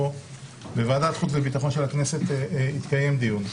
בוועדת החוץ והביטחון של הכנסת התקיים דיון,